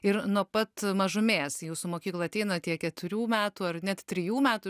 ir nuo pat mažumės į jūsų mokyklą ateina tie keturių metų ar net trijų metų